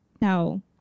no